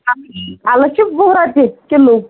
اَلہٕ چھِ وُہ رۄپیِہ کِلوٗ